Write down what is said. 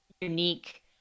unique